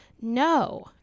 No